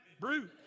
Brute